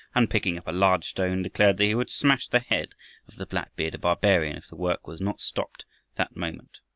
and, picking up a large stone, declared that he would smash the head of the black-bearded barbarian if the work was not stopped that moment.